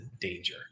danger